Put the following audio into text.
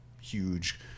huge